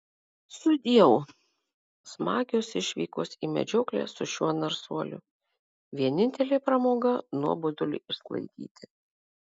sudieu smagios išvykos į medžioklę su šiuo narsuoliu vienintelė pramoga nuoboduliui išsklaidyti